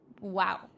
Wow